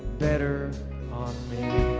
better on me